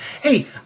Hey